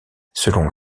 selon